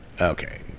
okay